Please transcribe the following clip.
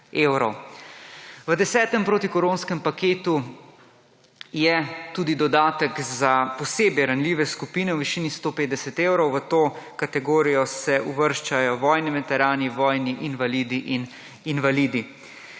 V 10. protikoronskem paketu je tudi dodatek za posebej ranljive skupine v višini 150 evrov. V to kategorijo se uvrščajo vojni veterani, vojni invalidi in invalidi.